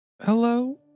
hello